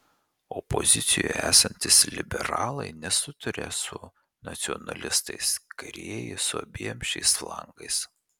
opozicijoje esantys liberalai nesutaria su nacionalistais kairieji su abiem šiais flangais